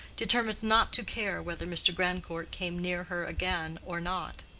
determined not to care whether mr. grandcourt came near her again or not.